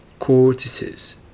cortices